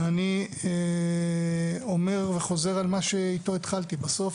ואני אומר וחוזר על מה שאיתו התחלתי בסוף,